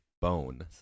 Bone